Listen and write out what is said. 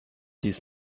dies